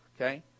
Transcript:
Okay